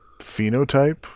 phenotype